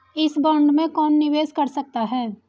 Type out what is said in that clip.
इस बॉन्ड में कौन निवेश कर सकता है?